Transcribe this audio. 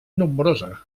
nombrosa